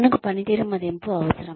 మనకు పనితీరు మదింపు అవసరం